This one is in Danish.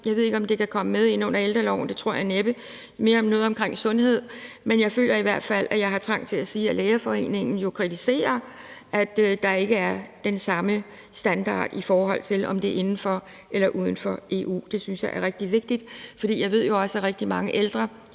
jeg ved ikke, om det kan komme med ind under ældreloven – det tror jeg næppe, det er nok mere noget omkring sundhed – men jeg føler i hvert fald trang til at sige, at Lægeforeningen jo kritiserer, at der ikke er den samme standard, i forhold til om det er inden for eller uden for EU. Det synes jeg er rigtig vigtigt, for jeg ved jo også, at rigtig mange ældre,